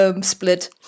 split